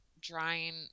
drawing